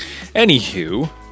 Anywho